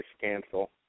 cancel